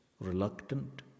reluctant